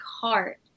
heart